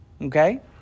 Okay